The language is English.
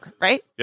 right